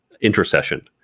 intercession